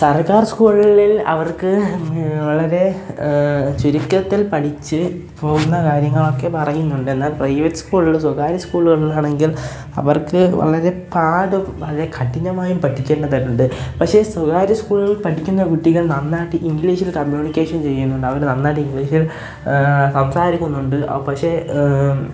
സർക്കാർ സ്കൂളിൽ അവർക്ക് വളരെ ചുരുക്കത്തിൽ പഠിച്ച് പോകുന്ന കാര്യങ്ങളൊക്കെ പറയുന്നുണ്ട് എന്നാൽ പ്രൈവറ്റ് സ്കൂളിൽ സ്വകാര്യ സ്കൂളിൽ ആണെങ്കിൽ അവർക്ക് വളരെ പാട് വളരെ കഠിനമായും പഠിക്കേണ്ടതായിട്ടുണ്ട് പക്ഷേ സ്വകാര്യ സ്കൂളിൽ പഠിക്കുന്ന കുട്ടികൾ നന്നായിട്ട് ഇംഗ്ലീഷിൽ കമ്യൂണിക്കേഷൻ ചെയ്യുന്നുണ്ട് അവർ നന്നായിട്ട് ഇംഗ്ലീഷിൽ സംസാരിക്കുന്നുണ്ട് പക്ഷേ